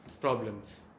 problems